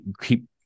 keep